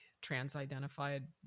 trans-identified